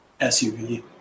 SUV